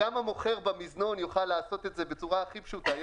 גם המוכר במזנון יוכל לעשות את זה בצורה הכי פשוטה.